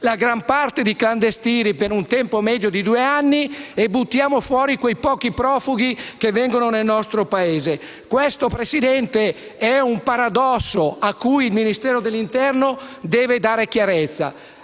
la gran parte dei clandestini, per un tempo medio di due anni, e buttiamo fuori quei pochi profughi che vengono nel nostro Paese. Questo, signor Presidente, è un paradosso su cui il Ministero dell'interno deve fare chiarezza,